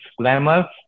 glamour